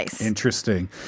Interesting